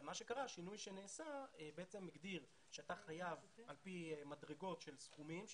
השינוי שנעשה בעצם הגדיר שאתה חייב על פי מדרגות של סכומים,